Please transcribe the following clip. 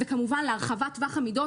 וכמובן להרחבת טווח המידות.